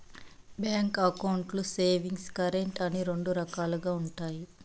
bank అకౌంట్లు savings, current అని రెండు రకాలుగా ఉంటాయి